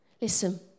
Listen